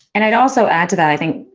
and, i'd also add to that, i think,